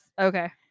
Okay